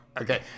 Okay